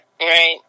Right